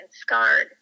scarred